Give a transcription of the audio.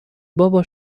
بابا